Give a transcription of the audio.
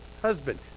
husband